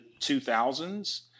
2000s